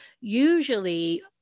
usually